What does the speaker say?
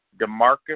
Demarcus